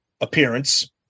appearance